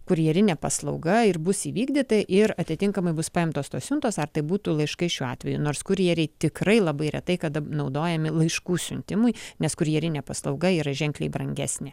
kurjerinė paslauga ir bus įvykdyta ir atitinkamai bus paimtos tos siuntos ar tai būtų laiškai šiuo atveju nors kurjeriai tikrai labai retai kada naudojami laiškų siuntimui nes kurjerinė paslauga yra ženkliai brangesnė